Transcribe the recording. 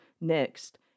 next